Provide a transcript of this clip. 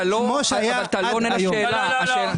אתה לא עונה לשאלה.